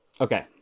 Okay